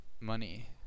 money